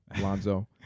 Lonzo